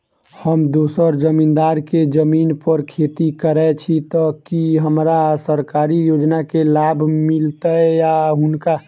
हम दोसर जमींदार केँ जमीन पर खेती करै छी तऽ की हमरा सरकारी योजना केँ लाभ मीलतय या हुनका?